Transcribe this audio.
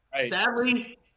Sadly